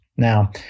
Now